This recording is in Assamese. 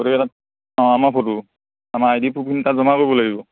গতিকে তাত অঁ আমাৰ ফটো আমাৰ আই ডি প্ৰুফখিনি তাত জমা কৰিব লাগিব